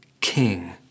King